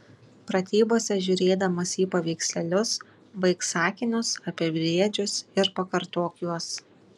pratybose žiūrėdamas į paveikslėlius baik sakinius apie briedžius ir pakartok juos